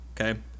okay